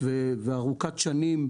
ברצף של התכנים,